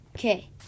Okay